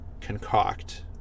concoct